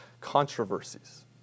controversies